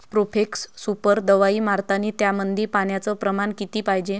Profex super दवाई मारतानी त्यामंदी पान्याचं प्रमाण किती पायजे?